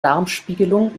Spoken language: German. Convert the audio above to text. darmspiegelung